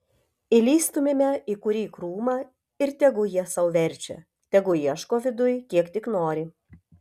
įlįstumėme į kurį krūmą ir tegu jie sau verčia tegu ieško viduj kiek tik nori